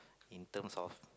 in terms of